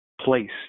place